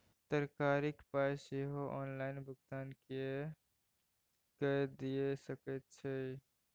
तरकारीक पाय सेहो ऑनलाइन भुगतान कए कय दए सकैत छी